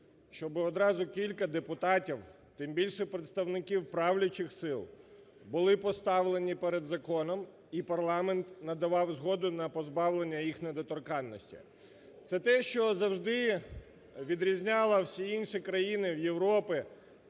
щоб одразу кілька депутатів, тим більше представників правлячих сил були поставлені перед законом і парламент надавав згоду на позбавлення їх недоторканності. Це те, що завжди відрізняло всі інші країни Європи,